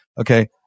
Okay